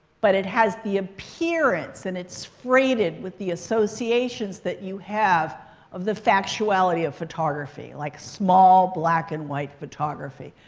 but it has the appearance and it's freighted with the associations that you have of the factuality of photography, like small black-and-white photography.